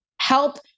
help